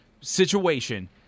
situation